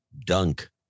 Dunk